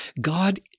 God